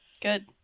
Good